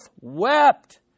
wept